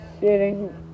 sitting